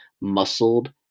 muscled